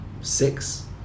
six